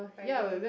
Friday